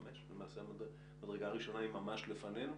ולמעשה המדרגה הראשונה ממש לפנינו.